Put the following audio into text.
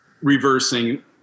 reversing